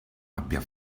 abbia